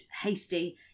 hasty